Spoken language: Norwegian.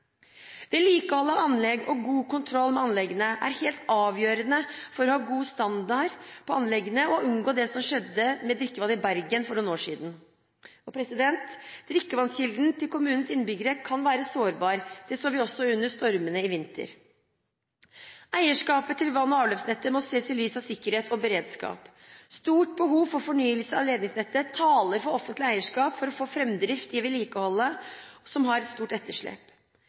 Vedlikehold av anlegg og god kontroll av anleggene er helt avgjørende for å ha en god standard på anleggene og for å unngå det som skjedde med drikkevannet i Bergen for noen år siden. Drikkevannskilden til kommunens innbyggere kan være sårbar. Det så vi også under stormene i vinter. Eierskapet til vann- og avløpsnettet må ses i lys av sikkerhet og beredskap. Stort behov for fornyelse av ledningsnettet taler for offentlig eierskap for å få framdrift i vedlikeholdet, som har et stort etterslep.